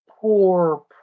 poor